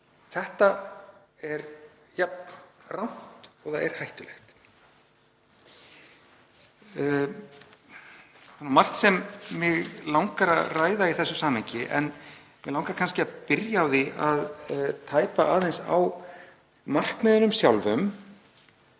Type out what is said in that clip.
Þetta er jafn rangt og það er hættulegt. Það er margt sem mig langar að ræða í þessu samhengi en mig langar að byrja á því að tæpa aðeins á markmiðunum sjálfum